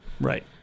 Right